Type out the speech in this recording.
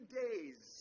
days